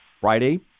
Friday